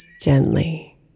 gently